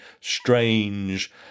strange